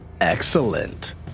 Excellent